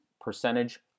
percentage